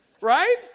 Right